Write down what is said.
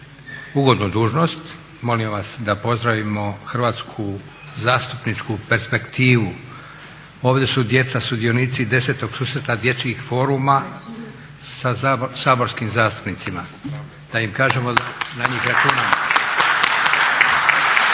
uvodnu dužnost, molim vas da pozdravimo hrvatsku zastupničku perspektivu. Ovdje su djeca sudionici 10. susreta dječjih foruma sa saborskim zastupnicima, da im kažemo na njih računamo.